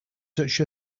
such